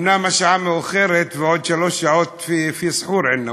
אומנם השעה מאוחרת ועוד שלוש שעות יש סוחור,